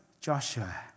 Joshua